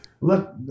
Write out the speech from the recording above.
look